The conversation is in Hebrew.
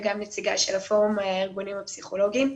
וגם נציגה של הפורום הארגונים הפסיכולוגיים.